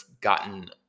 gotten